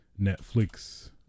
Netflix